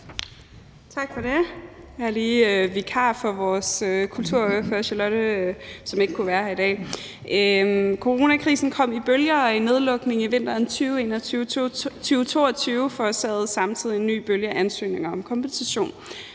Tak for det. Jeg er vikar for vores kulturordfører, Charlotte Broman Mølbæk, som ikke kunne være her i dag. Coronakrisen kom i bølger, og i nedlukningen i vinteren 2021-22 forårsagede den samtidig en ny bølge af ansøgninger om kompensation.